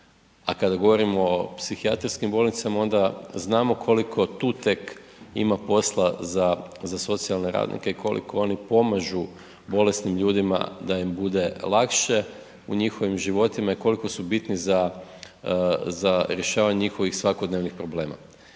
a kada govorimo o psihijatrijskim bolnicama onda znamo koliko tu tek ima posla za, za socijalne radnike i koliko oni pomažu bolesnim ljudima da im bude lakše u njihovim životima i koliko su bitni za, za rješavanje njihovih svakodnevnih problema